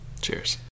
Cheers